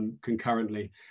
concurrently